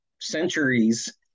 centuries